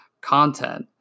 content